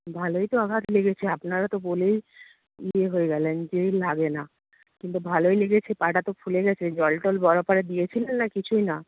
ভালোই তো আঘাত লেগেছে আপনারা তো বলেই ইয়ে হয়ে গেলেন যে লাগে না কিন্তু ভালোই লেগেছে পাটা তো ফুলে গেছে জল টল বরফ আরে দিয়েছিলেন না কিছুই না